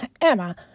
Emma